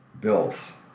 Bills